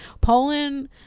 poland